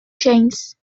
james